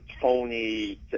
Tony